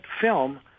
film